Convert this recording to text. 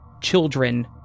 children